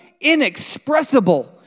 inexpressible